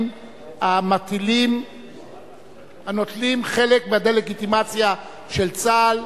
הנוטלים חלק בדה-לגיטימציה של צה"ל,